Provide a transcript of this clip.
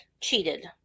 cheated